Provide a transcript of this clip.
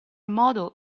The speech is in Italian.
modo